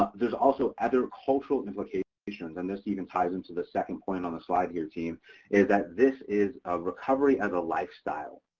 there's also other cultural implications and this even ties into the second point on the slide here team is that this is a recovery as a lifestyle.